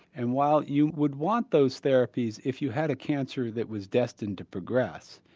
and while you would want those therapies if you had a cancer that was destined to progress,